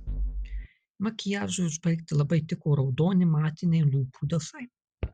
makiažui užbaigti labai tiko raudoni matiniai lūpų dažai